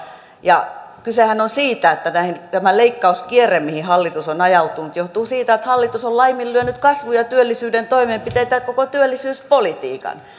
kysehän on siitä että tämä leikkauskierre mihin hallitus on ajautunut johtuu siitä että hallitus on laiminlyönyt kasvun ja ja työllisyyden toimenpiteitä ja koko työllisyyspolitiikan